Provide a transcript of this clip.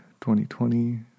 2020